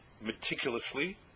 meticulously